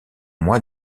mois